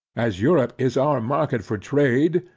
as europe is our market for trade,